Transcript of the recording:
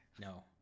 no